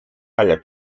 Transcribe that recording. alla